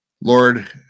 Lord